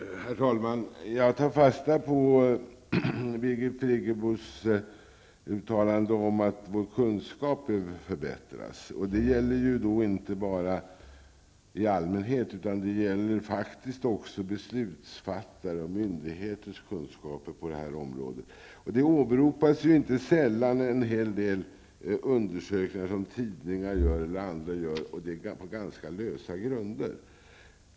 Herr talman! Jag tar fasta på Birgit Friggebos uttalande om att vår kunskap behöver förbättras. Det gäller då inte bara i allmänhet, utan det gäller faktiskt också beslutsfattares och myndigheters kunskaper på det här området. Inte sällan åberopas en hel del undersökningar som tidningar och andra gör, och det på ganska lösa grunder.